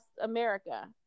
America